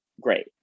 great